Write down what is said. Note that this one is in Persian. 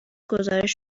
گزارش